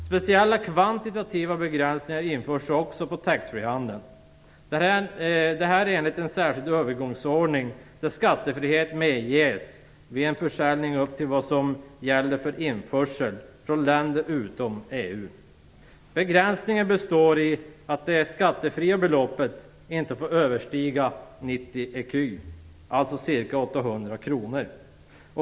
Speciella kvantitativa begränsningar införs också på taxfree-handeln. Det här sker enligt en särskild övergångsordning som innebär att skattfrihet medges vid en försäljning för belopp upp till vad som gäller för införsel utom EU. Begränsningen består i att det skattefria beloppet inte får överstiga 90 ECU, alltså ca 800 kr.